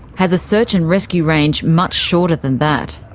has a search and rescue range much shorter than that.